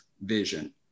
vision